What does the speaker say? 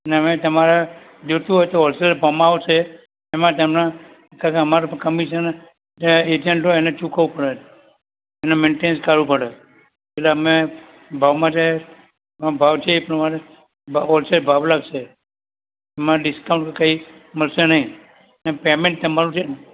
ને અમે તમારે જોઈતું હોય તો હોલસેલ ભાવમાં આવશે એમાં તમને કારણ કે અમારે તો કમિશન જે એજન્ટ હોય એને ચૂકવવું પડે એને મેન્ટેનસ કરવું પડે એટલે અમે ભાવમાં તે ભાવ છે એ પ્રમાણે ભાવ હોલસેલ ભાવ લાગશે એમાં ડિસ્કાઉન્ટ કાંઈ મળશે નહીં અને પેમેન્ટ તમારું છે ને